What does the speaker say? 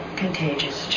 contagious